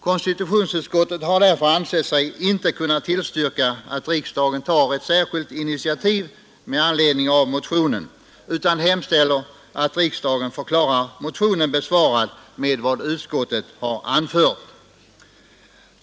Konstitutionsutskottet har därför ansett sig inte kunna tillstyrka att riksdagen tar ett särskilt initiativ med anledning av motionen utan hemställer att riksdagen förklarar motionen besvarad med vad utskottet har anfört.